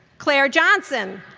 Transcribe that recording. claire johnson,